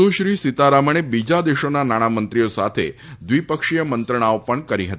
સુશ્રી સીતારમણે બીજા દેશોના નાણામંત્રીઓ સાથે દ્વિ પક્ષીય મંત્રણાઓ કરી હતી